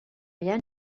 yann